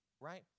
right